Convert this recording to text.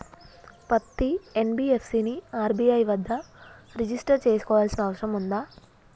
పత్తి ఎన్.బి.ఎఫ్.సి ని ఆర్.బి.ఐ వద్ద రిజిష్టర్ చేసుకోవాల్సిన అవసరం ఉందా?